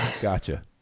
Gotcha